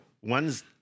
one's